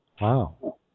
Wow